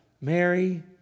Mary